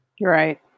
Right